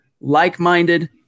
like-minded